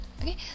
Okay